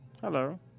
Hello